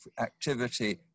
activity